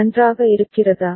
நன்றாக இருக்கிறதா